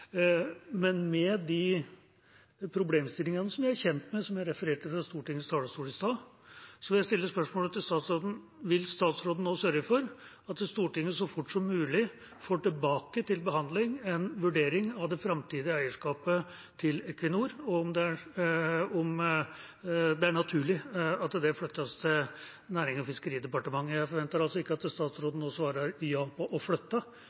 men med de problemstillingene som vi er kjent med, som jeg refererte fra Stortingets talerstol i stad, vil jeg stille spørsmålet til statsråden: Vil statsråden nå sørge for at Stortinget så fort som mulig får tilbake til behandling en vurdering av det framtidige eierskapet til Equinor, og om det er naturlig at det flyttes til Nærings- og fiskeridepartementet? Jeg forventer altså ikke at statsråden nå svarer ja på å flytte,